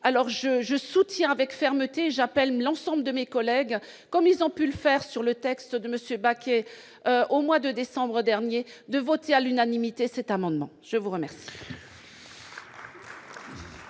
alors je je soutient avec fermeté, j'appelle l'ensemble de mes collègues, comme ils ont pu le faire sur le texte de monsieur Baquet au mois de décembre dernier, de voter à l'unanimité, cet amendement, je vous remercie.